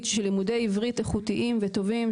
של לימודי עברית איכותיים וטובים,